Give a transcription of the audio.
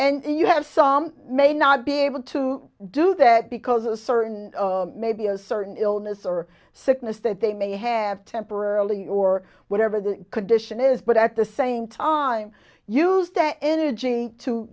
course and you have some may not be able to do that because a certain may be a certain illness or sickness that they may have temporarily or whatever the condition is but at the same time use that energy to